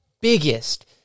biggest